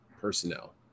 personnel